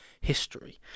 history